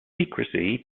secrecy